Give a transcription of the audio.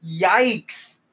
Yikes